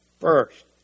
first